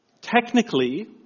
technically